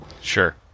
Sure